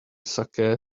saké